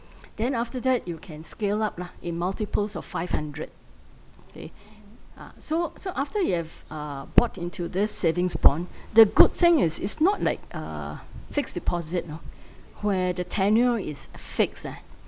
then after that you can scale up lah in multiples of five hundred okay ah so so after you have uh bought into this savings bond the good thing is it's not like uh fixed deposit oh where the tenure is fixed eh